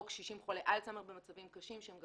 או קשישים חולי אלצהיימר במצבים קשים שהם גם